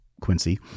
Quincy